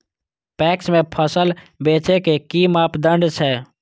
PACS में फसल बेचे के कि मापदंड छै?